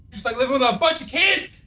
just like living with a bunch of kids!